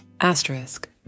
Asterisk